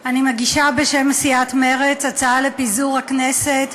אני מגישה בשם סיעת מרצ הצעה לפיזור הכנסת.